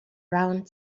around